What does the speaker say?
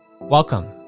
Welcome